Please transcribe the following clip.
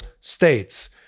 states